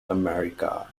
america